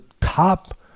top